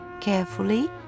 carefully